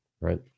right